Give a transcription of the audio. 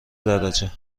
درجه